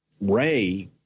Ray